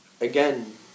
again